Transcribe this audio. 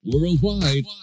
Worldwide